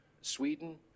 Sweden